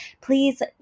please